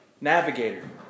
navigator